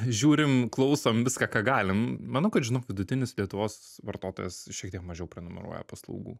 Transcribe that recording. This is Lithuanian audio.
žiūrim klausom viską ką galim manau kad žinau vidutinis lietuvos vartotojas šiek tiek mažiau prenumeruoja paslaugų